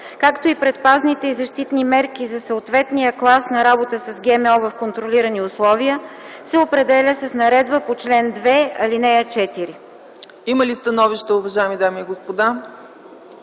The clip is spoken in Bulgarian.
както и предпазните и защитните мерки за съответния клас на работа с ГМО в контролирани условия се определят с наредба по чл. 2, ал. 4.”